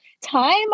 time